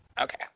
Okay